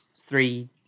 three